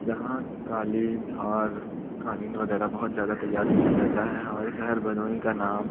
जहाँ क़ालीन और क़ालीन वगैरह बहुत ज़्यादा तैयार किया जाता है हमारे शहर भदोही का नाम